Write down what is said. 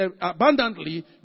abundantly